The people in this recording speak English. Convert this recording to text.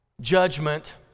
judgment